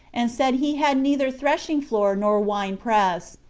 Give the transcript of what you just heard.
and said he had neither thrashing-floor nor wine-press,